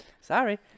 Sorry